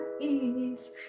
ease